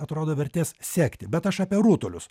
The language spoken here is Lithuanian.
atrodo vertės sekti bet aš apie rutulius